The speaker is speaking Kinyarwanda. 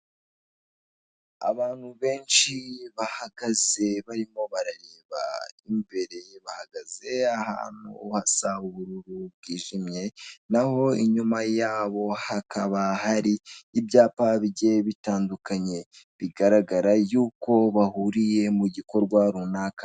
Abantu benshi bahagaze barimo barareba imbere bahagaze ahantu hasa ubururu bw'ijimye, naho inyuma yabo hakaba hari ibyapa bigiye bitandukanye bigaragara yuko bahuriye mu gikorwa runaka.